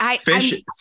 Fish